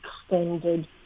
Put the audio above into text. extended